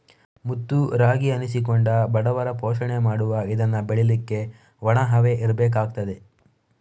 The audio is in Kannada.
ಮುತ್ತು ರಾಗಿ ಅನ್ನಿಸಿಕೊಂಡ ಬಡವರ ಪೋಷಣೆ ಮಾಡುವ ಇದನ್ನ ಬೆಳೀಲಿಕ್ಕೆ ಒಣ ಹವೆ ಇರ್ಬೇಕಾಗ್ತದೆ